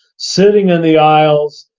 sitting in the aisles,